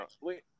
wait